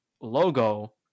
logo